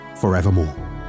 forevermore